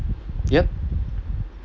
yup